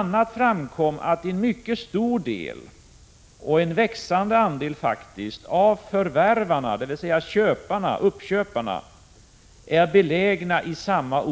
a. framkom att en mycket stor del — en växande andel — av förvärvarna, dvs. uppköparna, finns på samma orter och i samma